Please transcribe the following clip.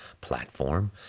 platform